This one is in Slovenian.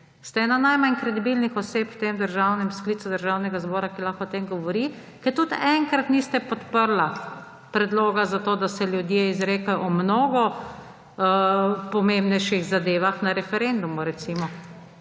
Ste ena najmanj kredibilnih oseb v tem sklicu Državnega zbora, ki lahko o tem govori, ker tudi enkrat niste podprli predloga za to, da se ljudje izrekajo o mnogo pomembnejših zadevah na referendumu. Recimo